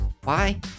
Bye